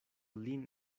lin